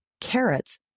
Carrots